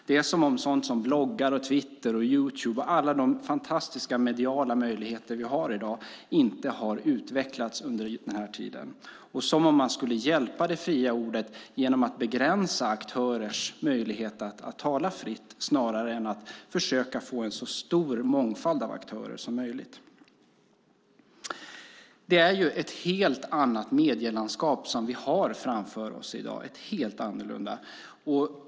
Det är som om sådant som bloggar, twitter, youtube och alla de fantastiska mediala möjligheter vi har i dag inte har utvecklats under den här tiden och som om man skulle hjälpa det fria ordet genom att begränsa aktörers möjlighet att tala fritt snarare än att försöka få en så stor mångfald av aktörer som möjligt. Det är ju ett helt annat medielandskap som vi har framför oss i dag, ett helt annorlunda.